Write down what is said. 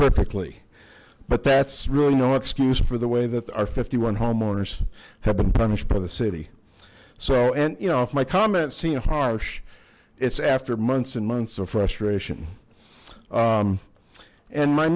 perfectly but that's really no excuse for the way that our fifty one homeowners have been punished by the city so and you know if my comments seem harsh it's after months and months of frustration and my